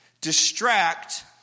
distract